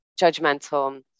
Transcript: judgmental